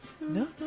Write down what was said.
no